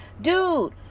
Dude